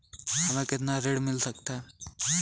हमें कितना ऋण मिल सकता है?